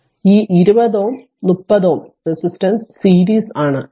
അതിനാൽ ഈ 20 Ω 30 സീരീസ് ആണ്